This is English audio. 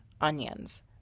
onions